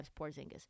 Porzingis